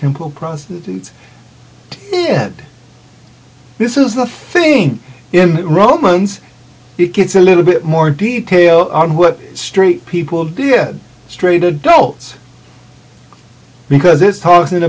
temple prostitutes yeah this is the thing in romans it gets a little bit more detail on what straight people did straight adults because it's talking